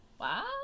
Wow